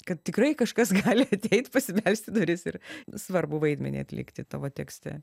kad tikrai kažkas gali ateit pasibelst į duris ir svarbų vaidmenį atlikti tavo tekste